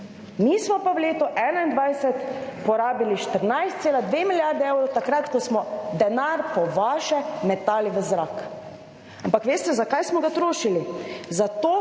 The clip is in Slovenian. Mi smo pa v letu 2021 porabili 14,2 milijardi evrov takrat, ko smo denar po vaše metali v zrak. Ampak ali veste zakaj smo ga trošili?